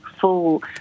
full